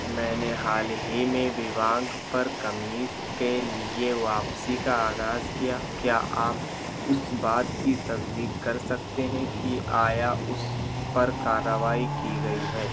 میں نے حال ہی میں ووانک پر قمیص کے لیے واپسی کا آغاز کیا کیا آپ اس بات کی تصدیق کر سکتے ہیں کہ آیا اس پر کارروائی کی گئی ہے